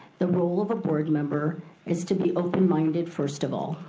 the role of a board member is to be open-minded, first of all.